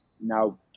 now